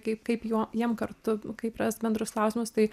kaip kaip jo jiem kartu kaip rast bendrus klausimus tai